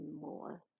more